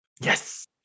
Yes